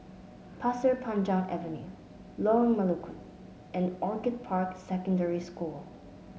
Pasir Panjang Avenue Lorong Melukut and Orchid Park Secondary School